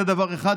זה דבר אחד,